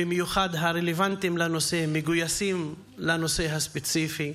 במיוחד הרלוונטיים לנושא, מגויסים לנושא הספציפי.